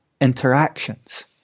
interactions